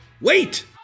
wait